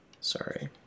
sorry